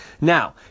now